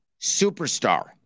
Superstar